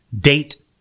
Date